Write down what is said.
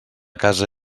casa